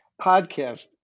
podcast